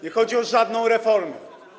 Nie chodzi o żadną reformę.